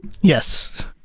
yes